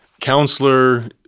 Counselor